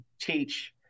teach